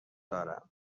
دارم